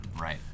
Right